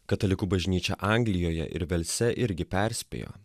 katalikų bažnyčia anglijoje ir velse irgi perspėjo